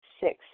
Six